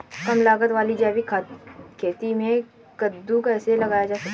कम लागत वाली जैविक खेती में कद्दू कैसे लगाया जा सकता है?